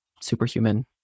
superhuman